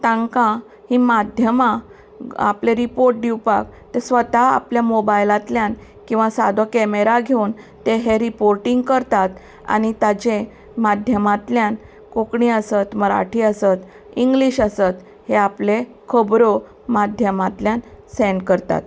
तांकां ही माध्यमां आपले रिपोर्ट दिवपाक ते स्वता आपले मोबायलांतल्यान किंवां सादो कॅमेरा घेवन ते हे रिपोर्टींग करतात आनी ताजे माध्यमांतल्यान कोंकणी आसत मराठी आसत इंग्लीश आसत हे आपले खबरो माध्यमांतल्यान सेण्ड करतात